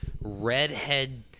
redhead